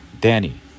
Danny